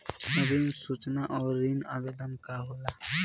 ऋण सूचना और ऋण आवेदन का होला?